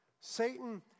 Satan